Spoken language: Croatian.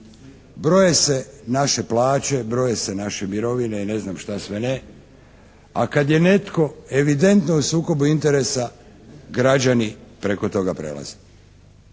Broje se naše plaće, broje se naše mirovine i ne znam što sve ne, a kad je netko evidentno u sukobu interesa, građani preko toga prelaze.